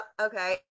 Okay